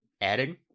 Adding